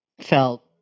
felt